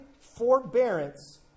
forbearance